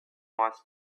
wants